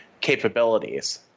capabilities